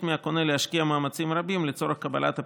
מהקונה להשקיע מאמצים רבים לצורך קבלת הפיצוי,